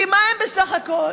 כי מה הם בסך הכול?